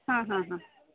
ಹಾಂ ಹಾಂ ಹಾಂ